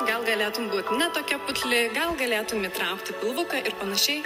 gal galėtum būt ne tokia putli gal galėtum įtraukti pilvuką ir panašiai